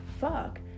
fuck